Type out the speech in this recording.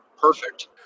perfect